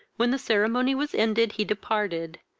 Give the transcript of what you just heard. when the ceremony was ended he departed,